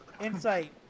Insight